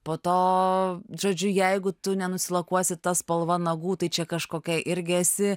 po to žodžiu jeigu tu nenusilakuosi ta spalva nagų tai čia kažkokia irgi esi